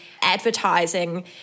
advertising